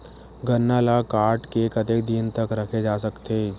गन्ना ल काट के कतेक दिन तक रखे जा सकथे?